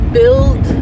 build